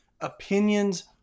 Opinions